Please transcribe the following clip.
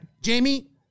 Jamie